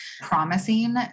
promising